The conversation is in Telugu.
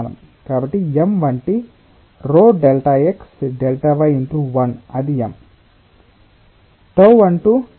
కాబట్టి m వంటిది ρΔxΔy ×1 అది m